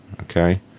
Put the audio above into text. okay